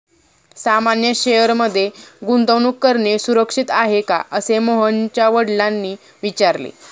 सामान्य शेअर मध्ये गुंतवणूक करणे सुरक्षित आहे का, असे मोहनच्या वडिलांनी विचारले